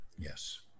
Yes